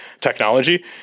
technology